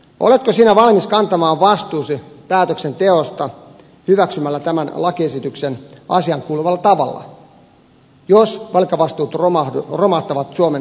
oletko sinä valmis kantamaan vastuusi päätöksenteosta asiaan kuuluvalla tavalla hyväksyttyäsi tämän lakiesityksen jos velkavastuut romahtavat suomen maksettaviksi